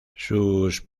sus